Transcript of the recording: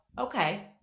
okay